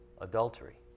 adultery